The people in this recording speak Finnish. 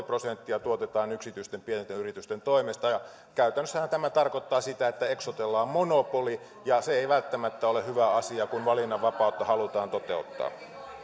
prosenttia tuotetaan yksityisten pienten yritysten toimesta käytännössähän tämä tarkoittaa sitä että eksotella on monopoli ja se ei välttämättä ole hyvä asia kun valinnanvapautta halutaan toteuttaa